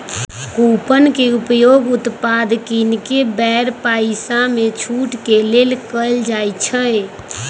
coupon के उपयोग उत्पाद किनेके बेर पइसामे छूट के लेल कएल जाइ छइ